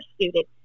student